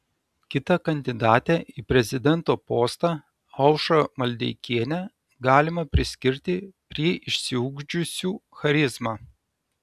kitą kandidatę į prezidento postą aušrą maldeikienę galima priskirti prie išsiugdžiusių charizmą